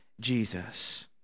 Jesus